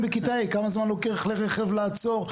בכיתה ה' כמה זמן לוקח לרכב לעצור.